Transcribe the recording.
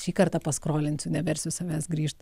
šį kartą paskrolinsiu neversiu savęs grįžt